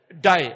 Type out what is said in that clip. die